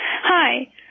Hi